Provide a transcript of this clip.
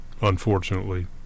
unfortunately